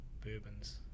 bourbons